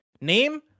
name